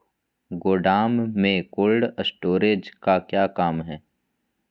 गोडम में cold storage का क्या काम है?